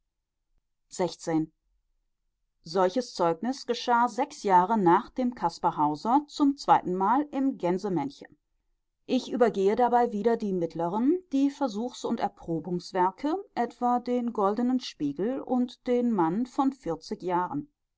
solches zeugnis geschah sechs jahre nach dem caspar hauser zum zweitenmal im gänsemännchen ich übergehe dabei wieder die mittleren die versuchs und erprobungswerke etwa den goldenen spiegel und den mann von vierzig jahren